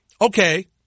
okay